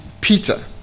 Peter